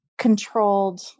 Controlled